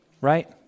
right